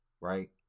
right